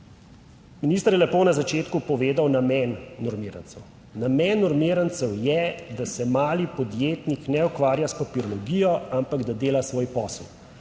Minister je lepo na začetku povedal namen normirancev. Namen normirancev je, da se mali podjetnik ne ukvarja s papirologijo, ampak da dela svoj posel.